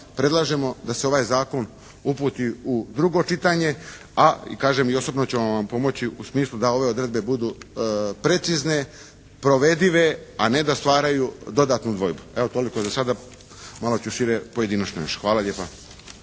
predlažemo da se ovaj zakon uputi u drugo čitanje, a i kažem i osobno ćemo vam pomoći u smislu da ove odredbe budu precizne, provedive a ne da stvaraju dodatnu dvojbu. Evo toliko za sada. Malo ću šire … /Govornik se ne razumije./